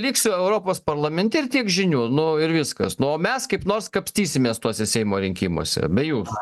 liksiu europos parlamente ir tiek žinių nu ir viskas nu o mes kaip nors kapstysimės tuose seimo rinkimuose be jūsų